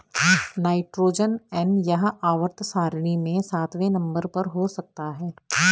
nitrogen N यह आवर्त सारणी में सातवें नंबर पर हो सकता है